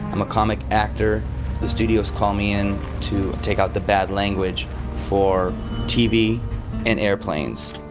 mccormick, actor the studios called me in to take out the bad language for tv and airplanes.